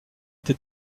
été